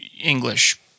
English